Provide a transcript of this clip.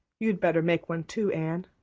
you'd better make one too, anne.